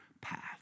path